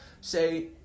Say